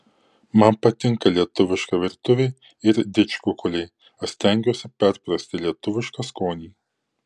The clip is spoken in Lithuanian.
man patinka lietuviška virtuvė ir didžkukuliai aš stengiuosi perprasti lietuvišką skonį